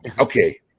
okay